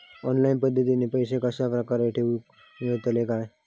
Online पद्धतीन पैसे कश्या प्रकारे ठेऊक मेळतले काय?